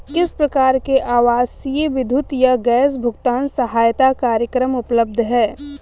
किस प्रकार के आवासीय विद्युत या गैस भुगतान सहायता कार्यक्रम उपलब्ध हैं?